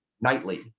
nightly